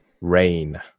rain